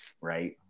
right